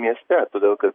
mieste todėl kad